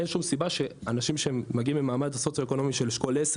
אין שום סיבה שאנשים שמגיעים ממעמד סוציואקונומי של אשכול 10,